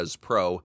Pro